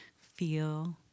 feel